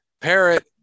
Parrot